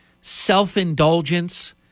self-indulgence